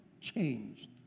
changed